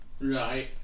Right